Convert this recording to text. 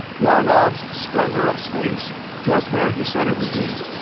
larnov's splendor of space just where he said it would be.